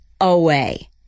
away